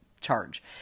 charge